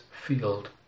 field